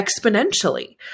exponentially